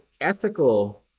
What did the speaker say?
ethical